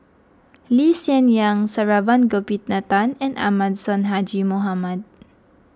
Lee Hsien Yang Saravanan Gopinathan and Ahmad Sonhadji Mohamad